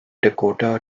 dakota